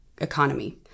economy